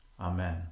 Amen